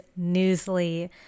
Newsly